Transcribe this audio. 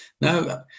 no